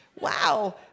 Wow